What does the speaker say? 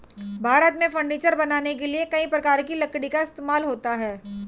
भारत में फर्नीचर बनाने के लिए कई प्रकार की लकड़ी का इस्तेमाल होता है